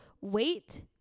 wait